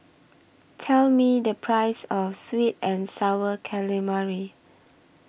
Tell Me The Price of Sweet and Sour Calamari